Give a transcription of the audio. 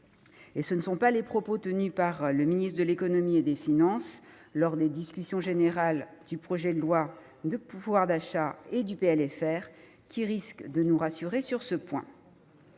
Et ce ne sont pas les propos tenus par le ministre de l'économie et des finances lors des discussions générales du projet de loi sur le pouvoir d'achat et du PLFR qui risquent de nous rassurer sur ce point.